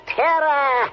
terror